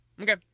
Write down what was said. Okay